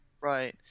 right